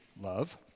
love